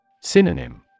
Synonym